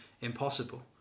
impossible